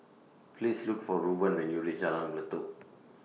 Please Look For Rueben when YOU REACH Jalan Pelatok